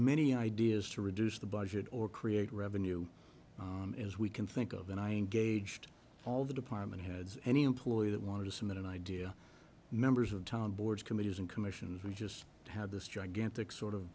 many ideas to reduce the budget or create revenue as we can think of and i engaged all the department heads any employee that wanted to submit an idea members of town boards committees and commissions we just had this gigantic sort of